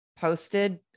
posted